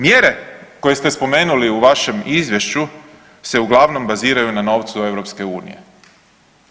Mjere koje ste spomenuli u vašem izvješću se uglavnom baziraju na novcu EU-a.